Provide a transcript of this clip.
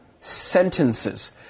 sentences